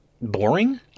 boring